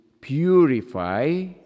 purify